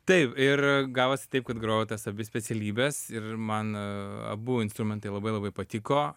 taip ir gavosi taip kad grojau tas abi specialybes ir man abu instrumentai labai labai patiko